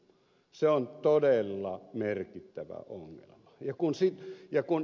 se on todella merkittävä ongelma